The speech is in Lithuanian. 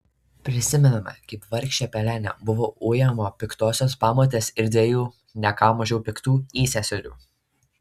prisimename kaip vargšė pelenė buvo ujama piktosios pamotės ir dviejų ne ką mažiau piktų įseserių